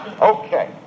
Okay